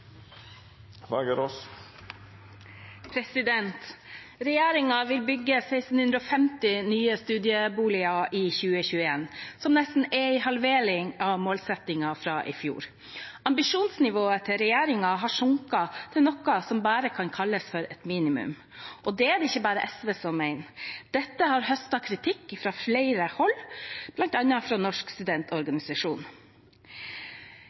vil bygge 1 650 nye studentboliger i 2021, noe som nesten er en halvering av målsettingen fra i fjor. Ambisjonsnivået til regjeringen har sunket til noe som bare kan kalles for et minimum, og det er det ikke bare SV som mener. Dette har høstet kritikk fra flere hold, bl.a. fra Norsk